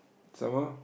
some more